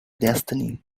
destiny